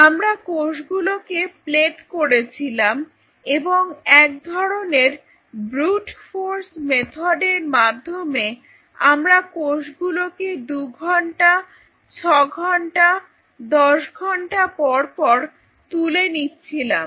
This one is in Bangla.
আমরা কোষগুলোকে প্লেট করেছিলাম এবং এক ধরনের ব্রুট ফোর্স মেথডের মাধ্যমে আমরা কোষগুলোকে দুঘণ্টা 6 ঘন্টা 10 ঘন্টা পরপর তুলে নিচ্ছিলাম